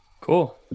Cool